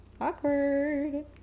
Awkward